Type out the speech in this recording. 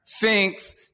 thinks